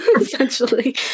Essentially